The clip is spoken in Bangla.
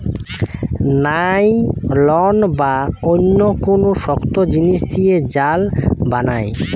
নাইলন বা অন্য কুনু শক্ত জিনিস দিয়ে জাল বানায়